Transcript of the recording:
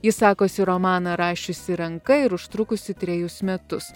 ji sakosi romaną rašiusi ranka ir užtrukusi trejus metus